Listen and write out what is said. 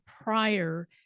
prior